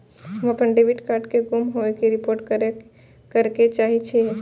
हम अपन debit card के गुम होय के रिपोर्ट करे के चाहि छी